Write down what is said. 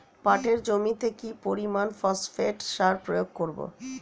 পাটের জমিতে কি পরিমান ফসফেট সার প্রয়োগ করব?